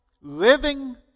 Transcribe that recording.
living